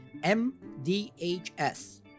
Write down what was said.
mdhs